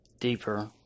deeper